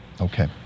Okay